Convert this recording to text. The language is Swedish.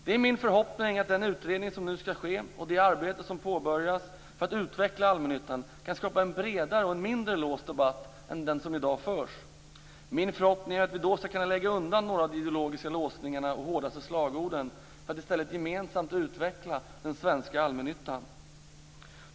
Det är min förhoppning att den utredning som nu skall ske och att det arbete som påbörjas för att utveckla allmännyttan kan skapa en bredare och mindre låst debatt än den som i dag förs. Min förhoppning är att vi då skall kunna lägga åt sidan några av de ideologiska låsningarna och hårdaste slagorden för att i stället gemensamt utveckla den svenska allmännyttan.